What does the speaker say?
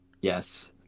yes